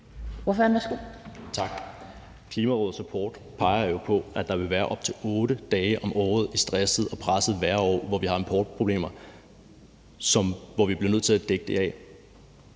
Klimarådets rapport peger jo på, at der vil være op til 8 dage om året i stressede og pressede vejrår, hvor vi har importproblemer, og hvor vi bliver nødt til at dække det af.